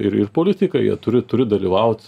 ir ir politikai jie turi turi dalyvaut